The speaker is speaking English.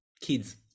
kids